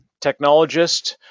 technologist